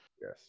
Yes